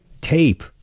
tape